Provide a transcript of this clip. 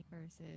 versus